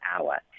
hour